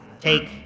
Take